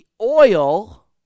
oil